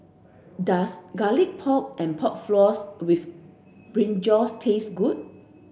does garlic pork and pork floss with brinjal taste good